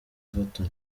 everton